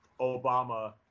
Obama